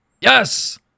Yes